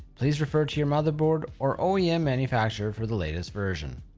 please refer to your motherboard or oem yeah manufacturer for the latest version.